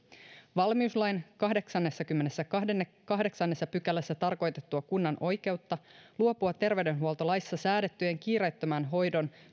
valmiuslain kahdeksannessakymmenennessäkahdeksannessa pykälässä tarkoitettua kunnan oikeutta luopua terveydenhuoltolaissa säädettyjen kiireettömän hoidon